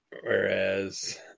Whereas